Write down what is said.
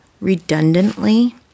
redundantly